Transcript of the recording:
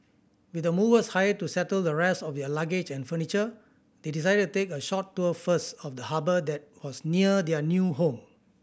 with the movers hired to settle the rest of their luggage and furniture they decided to take a short tour first of the harbour that was near their new home